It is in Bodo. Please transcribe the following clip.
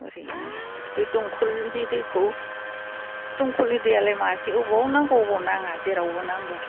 दसे हैनांगौ बे दंखलनि दैखौ दंखलनि दैयालाय मासे बबाव नांगौ बबाव नाङा जेरावबो नांगौ